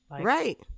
Right